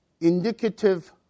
indicative